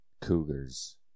Cougars